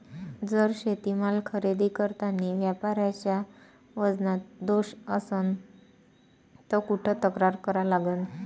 जर शेतीमाल खरेदी करतांनी व्यापाऱ्याच्या वजनात दोष असन त कुठ तक्रार करा लागन?